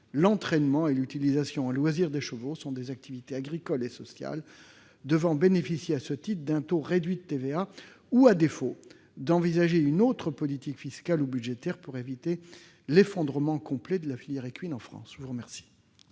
l'entraînement et l'utilisation en loisir des chevaux sont des activités agricoles et sociales devant bénéficier à ce titre d'un taux réduit de TVA. À défaut, le Gouvernement envisage-t-il une autre politique fiscale ou budgétaire pour éviter l'effondrement complet de la filière équine en France